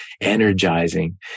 energizing